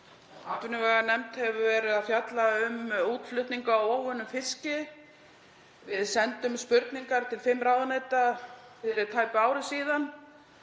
Atvinnuveganefnd hefur verið að fjalla um útflutning á óunnum fiski. Við sendum spurningar til fimm ráðuneyta fyrir tæpu ári og